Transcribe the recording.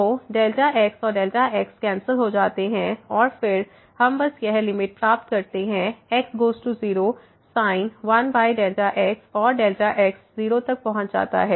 तो x और x cancel हो जाते हैं और फिर हम बस यह लिमिट प्राप्त करते हैं x goes to 0 sin 1x और x 0 तक पहुंच जाता है